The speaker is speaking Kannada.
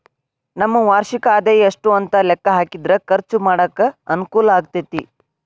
ನಮ್ಮ ವಾರ್ಷಿಕ ಆದಾಯ ಎಷ್ಟು ಅಂತ ಲೆಕ್ಕಾ ಹಾಕಿದ್ರ ಖರ್ಚು ಮಾಡಾಕ ಅನುಕೂಲ ಆಗತೈತಿ